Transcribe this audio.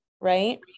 right